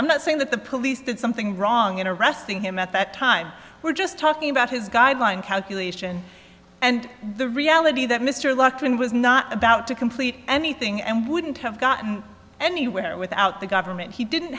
happen not saying that the police did something wrong in arresting him at that time we're just talking about his guideline calculation and the reality that mr laughlin was not about to complete anything and wouldn't have gotten anywhere without the government he didn't